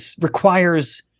requires